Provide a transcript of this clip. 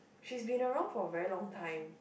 she's been around for a very long time